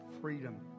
freedom